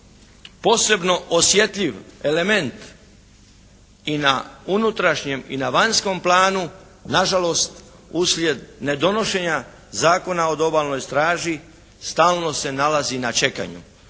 posebno osjetljiv element i na unutrašnjem i na vanjskom planu. Nažalost uslijed nedonošenja Zakona o obalnoj straži stalno se nalazi na čekanju.